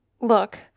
look